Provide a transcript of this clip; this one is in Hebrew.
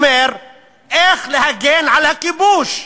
הוא אומר איך להגן על הכיבוש,